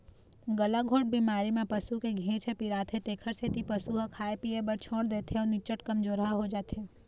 गलाघोंट बेमारी म पसू के घेंच ह पिराथे तेखर सेती पशु ह खाए पिए बर छोड़ देथे अउ निच्चट कमजोरहा हो जाथे